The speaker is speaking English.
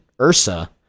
ursa